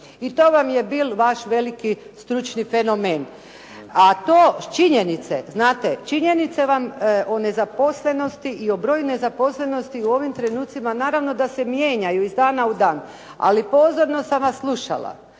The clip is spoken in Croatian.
I to vam je bil vaš veliki stručni fenomen. A to s činjenice, znate činjenice vam o nezaposlenosti i o broju nezaposlenosti u ovim trenutcima naravno da se mijenjaju iz dana u dan. Ali pozorno sam vas slušala